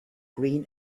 green